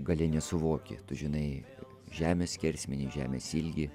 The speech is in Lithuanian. gali nesuvoki tu žinai žemės skersmenį žemės ilgį